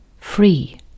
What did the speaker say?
free